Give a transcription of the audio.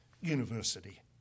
university